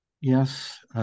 Yes